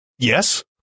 Yes